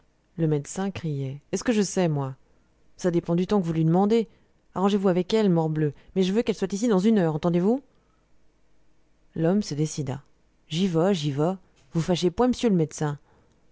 le médecin criait est-ce que je sais moi ça dépend du temps que vous lui demanderez arrangez-vous avec elle morbleu mais je veux qu'elle soit ici dans une heure entendez-vous l'homme se décida j'y vas j'y vas vous fâchez point m'sieu l'médecin